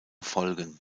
folgen